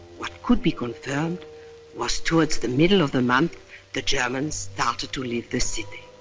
what could be confirmed was towards the middle of the month the germans started to leave the city.